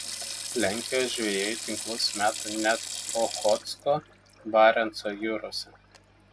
lenkijos žvejai tinklus meta net ochotsko barenco jūrose